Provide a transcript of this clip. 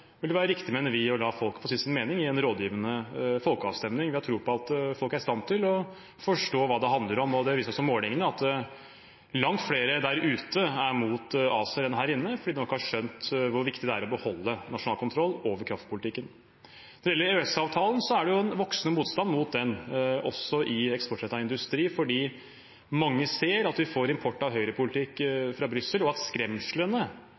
vil det være riktig, mener vi, å la folket få si sin mening i en rådgivende folkeavstemning. Vi har tro på at folk er i stand til å forstå hva det handler om. Det viser også målingene, at langt flere der ute er imot ACER enn her inne fordi de nok har skjønt hvor viktig det er å beholde nasjonal kontroll over kraftpolitikken. Når det gjelder EØS-avtalen, er det en voksende motstand mot den, også i eksportrettet industri, fordi mange ser at vi får import av høyrepolitikk fra Brussel, og at skremslene